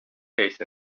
face